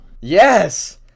Yes